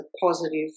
positive